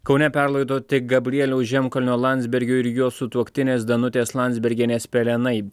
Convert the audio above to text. kaune perlaidoti gabrieliaus žemkalnio landsbergio ir jo sutuoktinės danutės landsbergienės pelenai